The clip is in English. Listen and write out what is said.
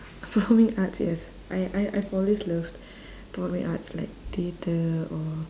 performing arts yes I I I've always loved performing arts like theatre or